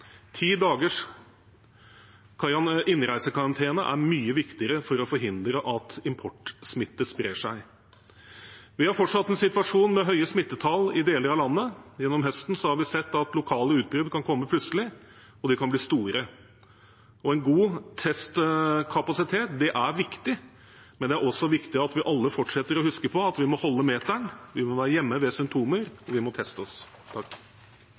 Ti dagers innreisekarantene er mye viktigere for å forhindre at importsmitte sprer seg. Vi har fortsatt en situasjon med høye smittetall i deler av landet. Gjennom høsten har vi sett at lokale utbrudd kan komme plutselig, og de kan bli store. En god testkapasitet er viktig, men det er også viktig at vi alle fortsetter å huske på at vi holder meteren, at vi må være hjemme ved symptomer, at og vi må teste oss.